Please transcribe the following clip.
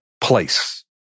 place